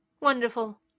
Wonderful